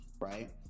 right